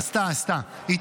עשתה, עשתה.